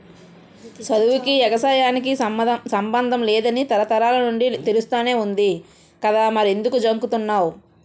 సదువుకీ, ఎగసాయానికి సమ్మందం లేదని తరతరాల నుండీ తెలుస్తానే వుంది కదా మరెంకుదు జంకుతన్నావ్